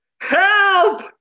Help